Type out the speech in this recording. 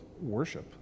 worship